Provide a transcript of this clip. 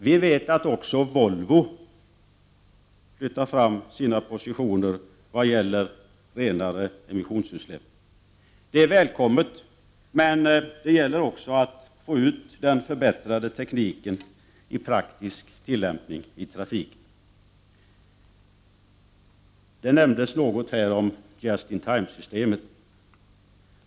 Vi vet att även Volvo flyttar fram sina positioner när det gäller renare emissionsutsläpp. Det är välkommet, men det gäller också att få ut den förbättrade tekniken i praktisk tillämpning i trafiken. Här nämndes tidigare ”just-in-time”-systemet.